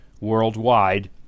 worldwide